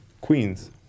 Queens